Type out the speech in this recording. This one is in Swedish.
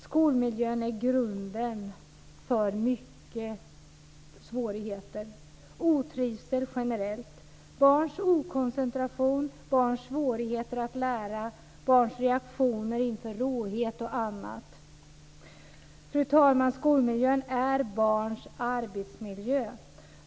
Skolmiljön ligger till grund för många svårigheter: generell otrivsel, barns okoncentration, barns svårigheter att lära, barns reaktioner inför råhet och annat. Fru talman! Skolmiljön är barns arbetsmiljö.